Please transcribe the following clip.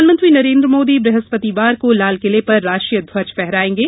प्रधानमंत्री नरेन्द्र मोदी बृहस्पतिवार को लालकिले पर राष्ट्रीय ध्वज फहराएंगे